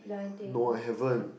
no I haven't